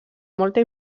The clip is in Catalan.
molta